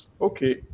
Okay